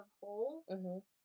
hole